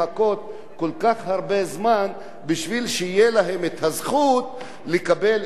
זמן כדי שתהיה להם את הזכות לקבל איזשהו טיפול רפואי.